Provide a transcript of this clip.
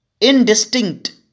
indistinct